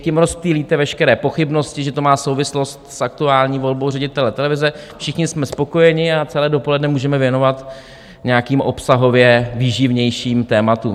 Tím rozptýlíte veškeré pochybnosti, že to má souvislost s aktuální volbou ředitele televize, všichni jsme spokojeni a celé dopoledne můžeme věnovat nějakým obsahově výživnějším tématům.